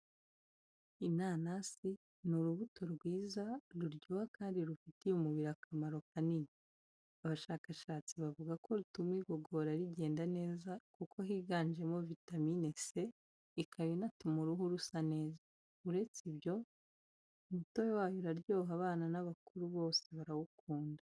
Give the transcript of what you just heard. Inanasi ni urubuto rwiza, ruryoha kandi rufitiye umubiri akamaro kanini. Abashakashatsi bavuga ko rutuma igogora rigenda neza kuko higanjemo vitamine C, ikaba inatuma uruhu rusa neza, uretse nibyo umutobe wayo uraryoha abana n'abakuru bose barawukunda.